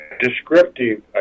Descriptive